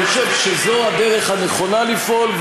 אני חושב שזו הדרך הנכונה לפעול,